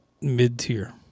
mid-tier